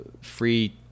free